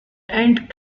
end